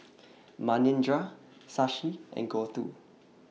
Manindra Shashi and Gouthu